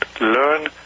learn